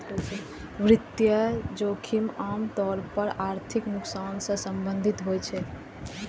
वित्तीय जोखिम आम तौर पर आर्थिक नुकसान सं संबंधित होइ छै